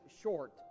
short